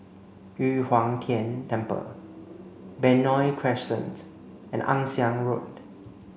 Yu Huang Tian Temple Benoi Crescent and Ann Siang Road